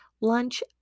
Lunch